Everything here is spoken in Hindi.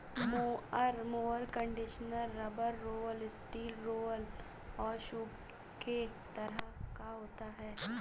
mower conditioner rubber roller, steel roller और सूप के तरह का होता है